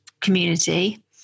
community